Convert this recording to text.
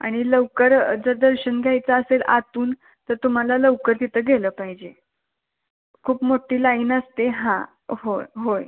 आणि लवकर जर दर्शन घ्यायचं असेल आतून तर तुम्हाला लवकर तिथं गेलं पाहिजे खूप मोठ्ठी लाईन असते हां होय होय